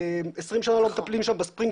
20 שנה לא מטפלים בספרינקלרים.